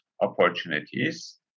opportunities